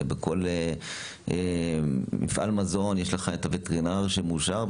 בכל מפעל מזון יש לך וטרינר מאושר,